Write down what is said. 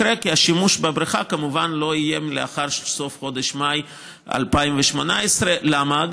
וכי בכל מקרה השימוש בבריכה כמובן לא יהיה לאחר סוף חודש מאי 2018. למה,